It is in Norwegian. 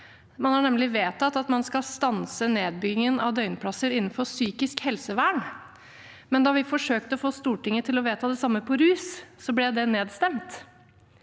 Man har nemlig vedtatt at man skal stanse nedbyggingen av døgnplasser innenfor psykisk helsevern, men da vi forsøkte å få Stortinget til å vedta det samme når det gjelder